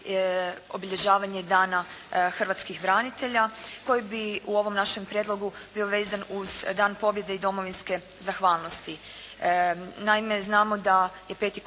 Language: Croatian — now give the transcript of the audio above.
obilježavanje dana hrvatskih branitelja, koji bi u ovom prijedlogu bio vezan uz dan pobjede i domovinske zahvalnosti.